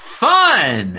fun